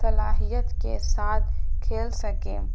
صلاحیت کے ساتھ کھیل سکے